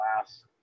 last